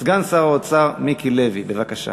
סגן השר, ועדת הכלכלה מקובל עליך,